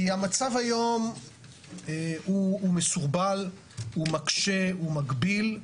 כי המצב היום הוא מסורבל, הוא מקשה, הוא מגביל.